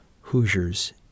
Hoosiers